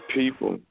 people